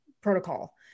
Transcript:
protocol